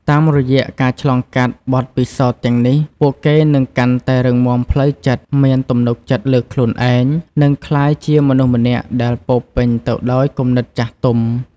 តាមរយៈការឆ្លងកាត់បទពិសោធន៍ទាំងនេះ ពួកគេនឹងកាន់តែរឹងមាំផ្លូវចិត្ត មានទំនុកចិត្តលើខ្លួនឯង និងក្លាយជាមនុស្សម្នាក់ដែលពោរពេញទៅដោយគំនិតចាស់ទុំ។